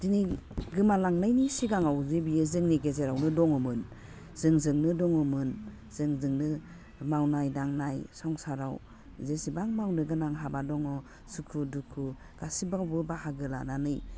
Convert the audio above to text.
दिनै गोमालांनायनि सिगाङावजे बियो जोंनि गेजेरावनो दङमोन जोंजोंनो दङमोन जोंजोंनो मावनाय दांनाय संसाराव जेसेबां मावनो गोनां हाबा दङ सुखु दुखु गासिबावबो बाहागो लानानै